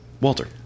Walter